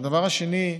הדבר השני,